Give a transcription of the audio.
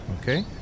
Okay